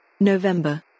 November